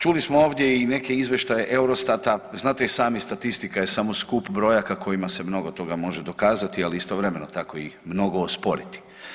Čuli smo ovdje i neke izvještaje Eurostata, znate i sami statistika je samo skup brojaka kojima se mnogo toga može dokazati, ali istovremeno tako i mnogo osporiti.